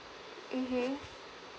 mmhmm